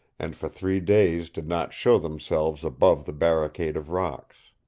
and for three days did not show themselves above the barricade of rocks.